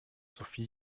sophie